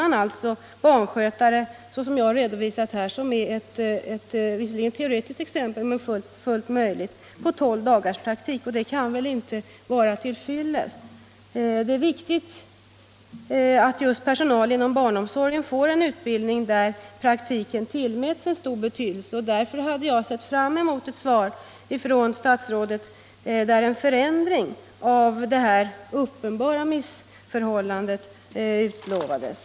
Men såsom jag här redovisat — det är visserligen ett teoretiskt exempel men ändå full möjligt — blir man barnskötare efter bara tolv dagars praktik. Detta kan väl inte vara till fyllest. Eftersom det är viktigt att just personal inom barnomsorgen får en utbildning där praktiken tillmäts stor betydelse, hade jag sett fram emot ett svar av statsrådet där en förändring av detta uppenbara missförhållande skulle utlovas.